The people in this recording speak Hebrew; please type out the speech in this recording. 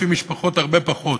לפי משפחות, הרבה פחות.